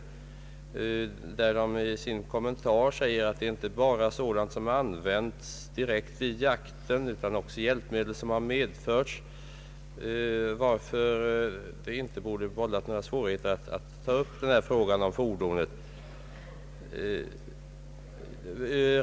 Lagrådet säger i sin kommentar att det inte bara gäller sådant som använts direkt vid jakten utan också hjälpmedel som har medförts. Det borde därför inte vålla några svårigheter att ta upp frågan om fordonen.